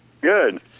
Good